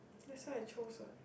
that's why I choose what